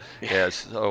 yes